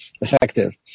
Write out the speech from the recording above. effective